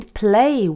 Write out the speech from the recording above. play